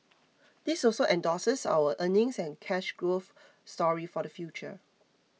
this also endorses our earnings and cash growth story for the future